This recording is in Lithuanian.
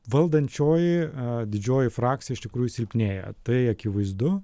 valdančioji didžioji frakcija iš tikrųjų silpnėja tai akivaizdu